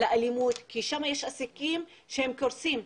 לאלימות כי שם יש עסקים שהם קורסים.